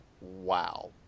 wow